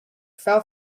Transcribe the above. fell